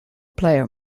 player